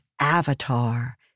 Avatar